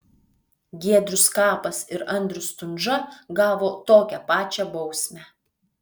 giedrius skapas ir andrius stundža gavo tokią pačią bausmę